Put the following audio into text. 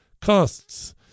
costs